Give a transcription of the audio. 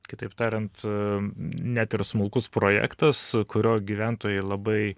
kitaip tariant net ir smulkus projektas kurio gyventojai labai